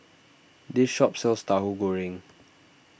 this shop sells Tauhu Goreng